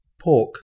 pork